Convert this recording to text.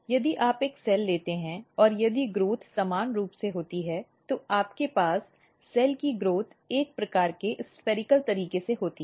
यदि आप एक सेल लेते हैं और यदि ग्रोथ समान रूप से होती है तो आपके पास सेल की ग्रोथ एक प्रकार के गोलाकार तरीके से होती है